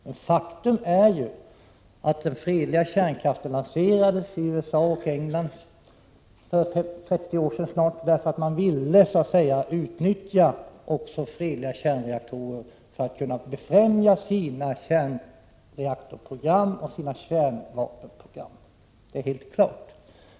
Men faktum är ju att den fredliga kärnkraften lanserades i USA och England för snart 30 år sedan därför att man ville utveckla fredliga kärnkraftsreaktorer för att kunna befrämja sina kärnvapenprogram. Det är helt klart.